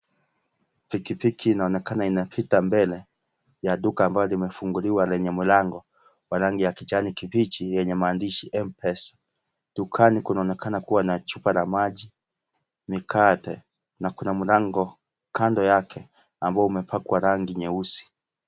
Pikipiki inaonekana inapita mbele ya duka ambalo limefunguliwa lenye mlango wa kijani kibichi lenye maandishi (cs) Mpesa (cs).Dukani kunaonekana kuwa na chupa la maji, mikate na kuna mlango kando yake ambao unapakwa rangi nyeusi.